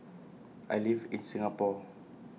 I live in Singapore